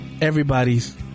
Everybody's